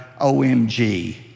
OMG